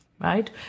right